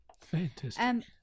Fantastic